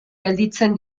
gelditzen